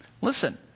Listen